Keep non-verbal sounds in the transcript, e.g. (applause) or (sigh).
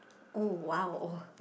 oh !wow! (breath)